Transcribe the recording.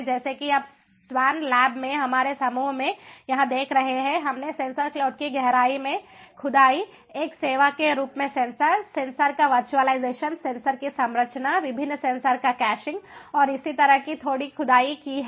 जैसा कि आप स्वान लैब में हमारे समूह में यहाँ देख रहे हैं हमने सेंसर क्लाउड की गहराई में खुदाई एक सेवा के रूप में सेंसर सेंसर का वर्चुअलाइजेशन सेंसर की संरचना विभिन्न सेंसर का कैशिंग और इसी तरह की थोड़ी खुदाई की है